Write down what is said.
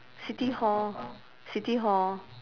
city hall city hall